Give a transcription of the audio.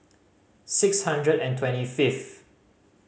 six hundred and twenty fifth